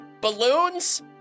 balloons